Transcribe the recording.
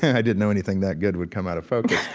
i didn't know anything that good would come out of focus.